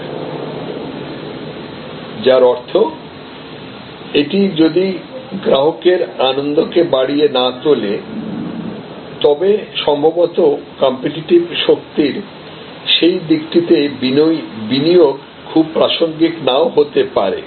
যার অর্থ এটি যদি গ্রাহকের আনন্দকে বাড়িয়ে না তোলে তবে সম্ভবত কম্পিটিটিভ শক্তির সেই দিকটিতে বিনিয়োগ খুব প্রাসঙ্গিক নাও হতে পারে